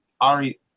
Ari